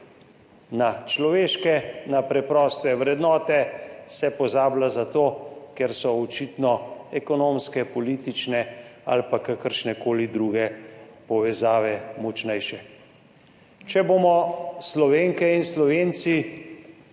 Na človeške, preproste vrednote se pozablja zato, ker so očitno ekonomske, politične ali pa kakršnekoli druge povezave močnejše. Če bomo Slovenke in Slovenci